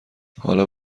حالا